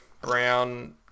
brown